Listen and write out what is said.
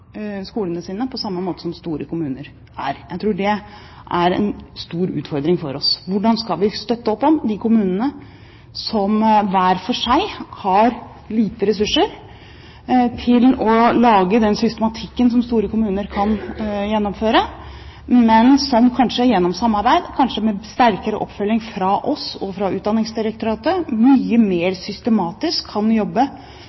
skolene sine på samme måte som store kommuner. Jeg tror det er en stor utfordring for oss: Hvordan skal vi støtte opp om de kommunene som hver for seg har lite ressurser til å lage den systematikken som store kommuner kan gjennomføre, men som kanskje gjennom samarbeid – kanskje med sterkere oppfølging fra oss og fra Utdanningsdirektoratet – mye